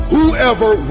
whoever